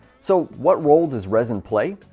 so, what role does resin play?